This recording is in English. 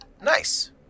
Nice